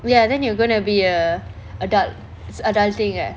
ya then you are going to be a adult adulting uh